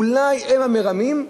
אולי הם המרמים,